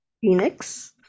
Phoenix